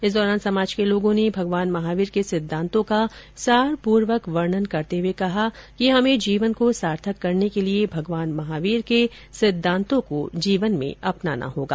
इस दौरान समाज के लोगों ने भंगवान महावीर के सिद्धांतों का सार पूर्वक वर्णन करते हुए कहा कि हमें जीवन को सार्थक करने के लिए भगवान महावीर के सिद्धांतों को जीवन में अपनाना होगा